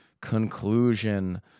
conclusion